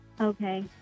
Okay